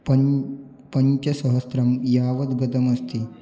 पञ्च पञ्चसहस्रं यावद् गतमस्ति